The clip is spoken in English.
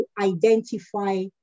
identify